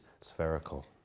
spherical